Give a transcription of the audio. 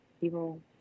People